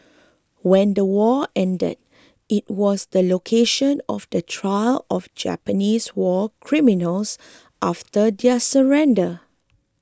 when the war ended it was the location of the trial of Japanese war criminals after their surrender